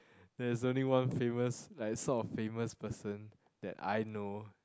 there's only one famous like sort of famous person that I know